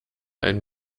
ein